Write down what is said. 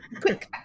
quick